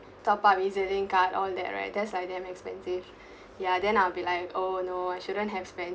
top up E_Z link card all that right there's like damn expensive ya then I'll be like oh no I shouldn't have spent